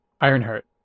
Ironheart